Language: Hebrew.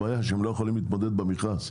אלא שהם לא יכולים להתמודד במכרז.